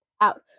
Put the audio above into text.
Out